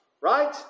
Right